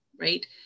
right